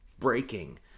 Breaking